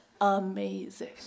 amazing